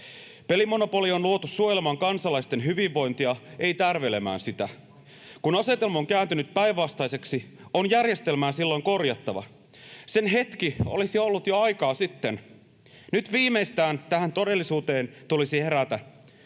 Pelimonopoli on luotu suojelemaan kansalaisten hyvinvointia, ei tärvelemään sitä. Kun asetelma on kääntynyt päinvastaiseksi, on järjestelmää silloin korjattava. Sen hetki olisi ollut jo aikaa sitten. Viimeistään nyt tähän todellisuuteen tulisi herätä.